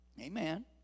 Amen